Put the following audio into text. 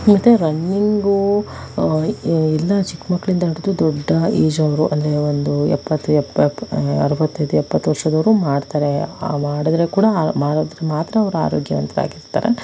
ಮತ್ತೆ ರನ್ನಿಂಗ್ ಎಲ್ಲ ಚಿಕ್ಕ ಮಕ್ಕಳಿಂದ ಹಿಡಿದು ದೊಡ್ಡ ಏಜ್ ಅವರು ಅಂದರೆ ಒಂದು ಎಪ್ಪತ್ತು ಎಪ್ಪತ್ ಅರವತ್ತೈದು ಎಪ್ಪತ್ತು ವರ್ಷದವರೂ ಮಾಡ್ತಾರೆ ಆ ಮಾಡಿದರೆ ಕೂಡ ಆ ಮಾಡಿದರೆ ಮಾತ್ರ ಅವರು ಆರೋಗ್ಯವಂತರಾಗಿರ್ತಾರೆ